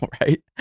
right